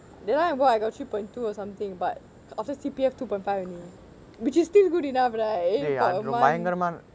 that time I work I got three point two or something but after C_P_F two point five only which is still good enough right eh per month